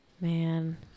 Man